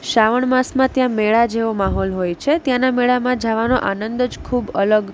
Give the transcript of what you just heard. શ્રાવણ માસમાં ત્યાં મેળા જેવો માહોલ હોય છે ત્યાંના મેળામાં જાવાનો આનંદ જ ખૂબ અલગ